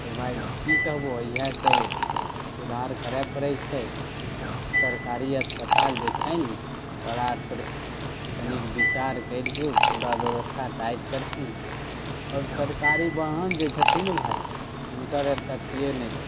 तऽ भाइ की कहबहो इएह सब सुधार करै पड़ैत छै सरकारी अस्पताल जे छै ने ओकरा तनिक बिचार करि के पूरा बेबस्था टाइट करथिन आओर सरकारी बाहन जे छथिन भाइ हुनकर आर के अथिए नहि छै